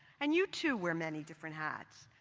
and you, too, wear many different hats.